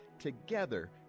Together